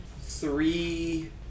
three